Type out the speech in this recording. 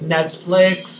Netflix